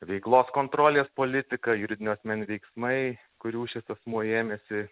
veiklos kontrolės politika juridinio asmen veiksmai kurių šis asmuo ėmėsi